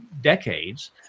decades